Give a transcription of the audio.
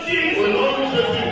Jesus